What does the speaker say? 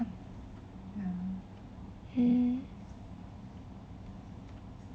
hmm